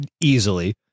easily